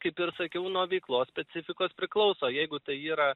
kaip ir sakiau nuo veiklos specifikos priklauso jeigu tai yra